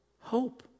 hope